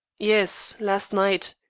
yes, last night.